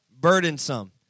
burdensome